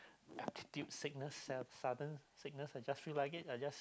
altitude sickness sudden sickness I just feel like it I just